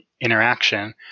interaction